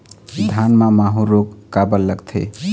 धान म माहू रोग काबर लगथे?